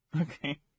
Okay